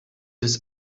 his